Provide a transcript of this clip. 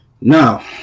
now